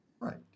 Right